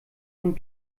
von